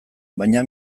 baina